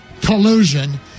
collusion